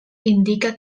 indica